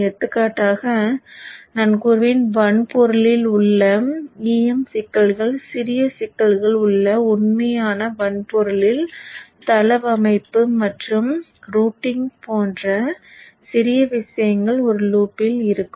எடுத்துக்காட்டாக நான் கூறுவேன் வன்பொருள் இல் உள்ள EMI சிக்கல்கள் சிறிய சிக்கல்கள் உள்ள உண்மையான வன்பொருளில் தளவமைப்பு மற்றும் ரூட்டிங் போன்ற சிறிய விஷயங்கள் ஒரு லூப்பில் இருக்கும்